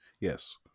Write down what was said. Yes